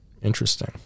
Interesting